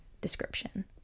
description